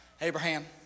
Abraham